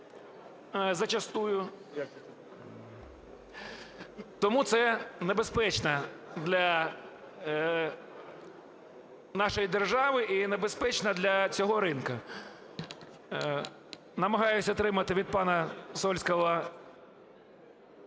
зачасту. Тому це небезпечно для нашої держави і небезпечно для цього ринку. Намагаюся отримати від пана Сольського…